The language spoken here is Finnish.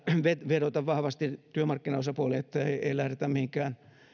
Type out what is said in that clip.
vedota vahvasti työmarkkinaosapuoliin että ei lähdetä mihinkään